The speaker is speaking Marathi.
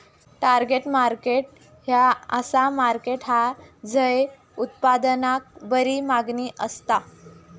टार्गेट मार्केट ह्या असा मार्केट हा झय उत्पादनाक बरी मागणी असता